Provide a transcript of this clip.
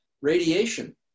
Radiation